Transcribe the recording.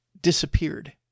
disappeared